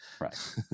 Right